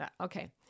Okay